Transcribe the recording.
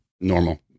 normal